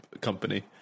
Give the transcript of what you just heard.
company